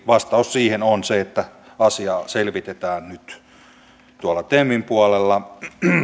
vastaus siihen on se että asiaa selvitetään nyt temin puolella